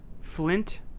Flint